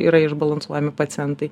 yra išbalansuojami pacientai